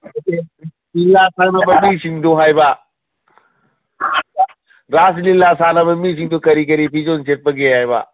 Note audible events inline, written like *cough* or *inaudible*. *unintelligible* ꯂꯤꯂꯥ ꯁꯥꯟꯅꯕ ꯃꯤꯁꯤꯡꯗꯨ ꯍꯥꯏꯕ ꯔꯥꯁ ꯂꯤꯂꯥ ꯁꯥꯟꯅꯕ ꯃꯤꯁꯤꯡꯗꯨ ꯀꯔꯤ ꯀꯔꯤ ꯐꯤꯖꯣꯟ ꯁꯦꯠꯄꯒꯦ ꯍꯥꯏꯕ